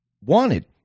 wanted